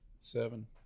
seven